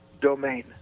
domain